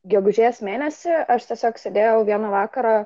gegužės mėnesį aš tiesiog sėdėjau vieną vakarą